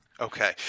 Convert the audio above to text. okay